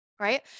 Right